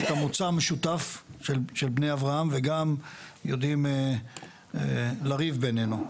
את המוצא המשותף של בני אברהם וגם יודעים לריב בינינו.